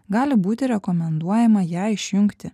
gali būti rekomenduojama ją išjungti